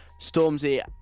Stormzy